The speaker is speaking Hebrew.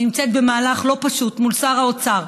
אני נמצאת במהלך לא פשוט מול שר האוצר,